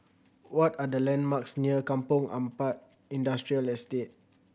what are the landmarks near Kampong Ampat Industrial Estate